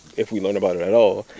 if we learn about it at all,